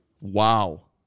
Wow